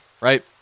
right